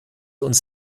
uns